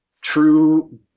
true